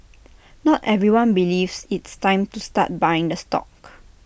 not everyone believes it's time to start buying the stock